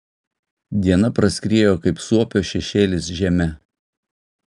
diena praskriejo kaip suopio šešėlis žeme